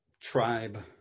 tribe